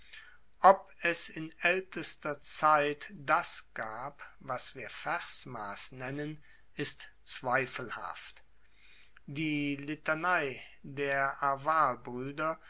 ob es in aeltester zeit das gab was wir versmass nennen ist zweifelhaft die litanei der